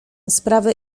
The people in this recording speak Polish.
sprawę